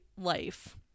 life